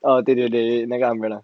oh 对对对那个 umbrella